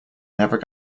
never